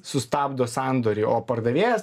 sustabdo sandorį o pardavėjas